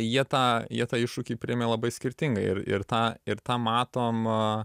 jie tą jie tą iššūkį priėmė labai skirtingai ir ir tą ir tą matom a